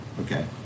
okay